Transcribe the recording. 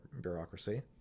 bureaucracy